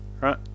right